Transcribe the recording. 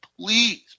please